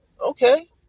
Okay